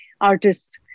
artists